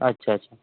अच्छा अच्छा